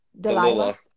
Delilah